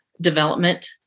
development